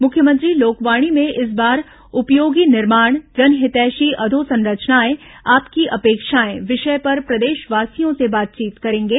मुख्यमंत्री लोकवाणी में इस बार उपयोगी निर्माण जनहितैषी अधोसंरचनाएं आपकी अपेक्षाएं विषय पर प्रदेशवासियों से बातचीत करेंगे